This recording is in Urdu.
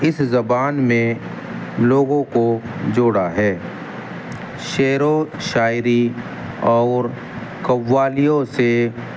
اس زبان میں لوگوں کو جوڑا ہے شعر و شاعری اور قوالیوں سے